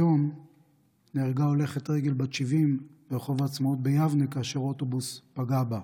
היום נהרגה הולכת רגל בת 70 ברחוב העצמאות ביבנה כאשר אוטובוס פגע בה.